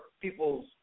people's